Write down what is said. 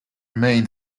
main